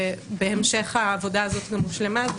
ובהמשך העבודה הזאת גם הושלמה.